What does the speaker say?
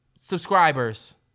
Subscribers